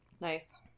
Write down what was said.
nice